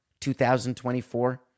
2024